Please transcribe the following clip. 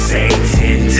Satan